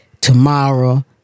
tomorrow